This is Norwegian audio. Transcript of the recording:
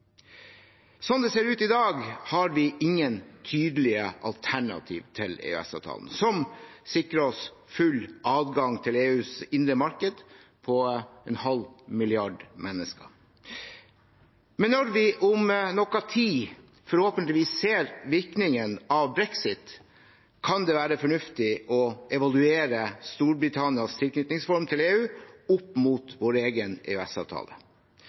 Sånn det ser ut i dag, har vi ingen tydelige alternativer til EØS-avtalen, som sikrer oss full adgang til EUs indre marked på en halv milliard mennesker. Men når vi om litt forhåpentligvis ser virkningen av brexit, kan det være fornuftig å evaluere Storbritannias tilknytningsform til EU opp mot vår egen